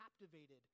captivated